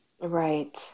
Right